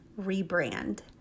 rebrand